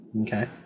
Okay